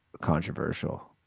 controversial